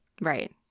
right